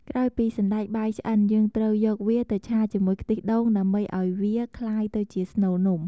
ក្រោយពីសណ្ដែកបាយឆ្អិន យើងត្រូវយកវាទៅឆាជាមួយខ្ទិះដូង ដើម្បីឱ្យវាក្លាយទៅជាស្នូលនំ។